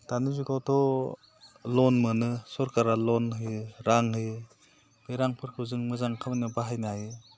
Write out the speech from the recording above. दानि जुगावथ' लन मोनो सरखारा लन होयो रां होयो बे रांफोरखौ जों मोजां खामानियाव बाहायनो हायो